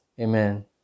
Amen